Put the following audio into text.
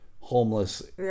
homeless